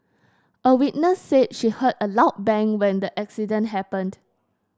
a witness said she heard a loud bang when the accident happened